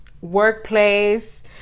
workplace